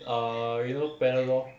err you know panadol